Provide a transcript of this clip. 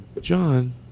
John